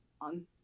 on